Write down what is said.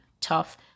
tough